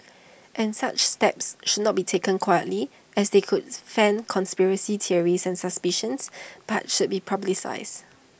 and such steps should not be taken quietly as they could fan conspiracy theories and suspicions but should be publicised